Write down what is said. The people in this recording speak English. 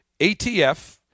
ATF